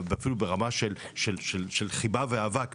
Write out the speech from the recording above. אפילו ברמה של חיבה ואהבה,